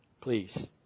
please